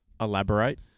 Elaborate